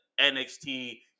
NXT